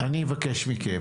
אני אבקש מכם